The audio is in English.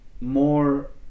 more